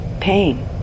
pain